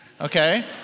okay